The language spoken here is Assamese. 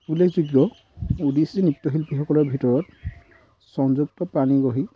উল্লেখযোগ্য উদীচী নৃত্যশিল্পীসকলৰ ভিতৰত সংযুক্তা পাণীগহি